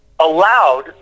allowed